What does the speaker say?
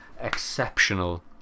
exceptional